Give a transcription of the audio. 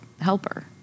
helper